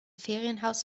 ferienhaus